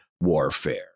warfare